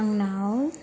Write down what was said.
आंनाव